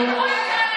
מה לעשות?